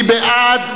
מי בעד?